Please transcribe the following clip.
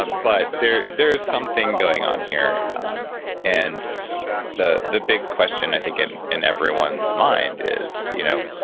ah but there there is something going on here and the the big question i think in in everyone's mind is you know,